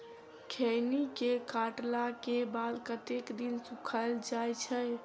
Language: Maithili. खैनी केँ काटला केँ बाद कतेक दिन सुखाइल जाय छैय?